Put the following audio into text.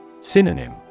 Synonym